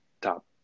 top